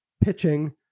pitching